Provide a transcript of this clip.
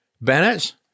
Bennett